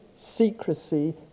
secrecy